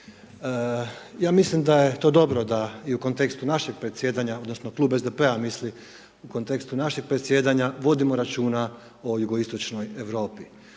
Ja mislim da je to dobro da i u kontekstu našeg predsjedanja odnosno kluba SDP-a misli u kontekstu našeg predsjedanja vodimo računa o jugoistočnoj Europi.